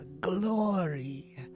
glory